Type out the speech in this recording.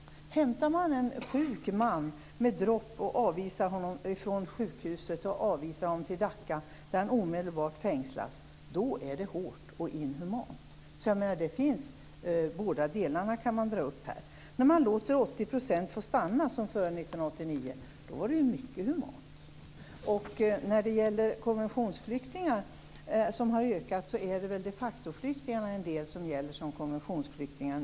Hämtar man en sjuk man med dropp från sjukhuset och avvisar honom till Dacca, där han omedelbart fängslas, är det hårt och inhumant. Man kan alltså här peka på båda typerna av inställningar. När man lät 80 % få stanna, som skedde före 1989, var politiken mycket human. Antalet konventionsflyktingar har ökat. En del de facto-flyktingar ses nu som konventionsflyktingar.